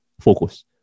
Focus